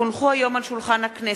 כי הונחו היום על שולחן הכנסת,